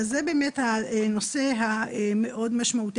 בדיוק, אז זה באמת הנושא המאוד משמעותי.